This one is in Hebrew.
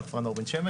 כפר הנוער בן שמן,